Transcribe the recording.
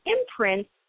imprints